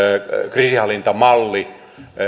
kriisinhallintamalli